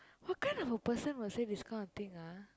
what kind of a person will say this kind of thing ah